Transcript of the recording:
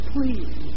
Please